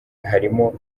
harimo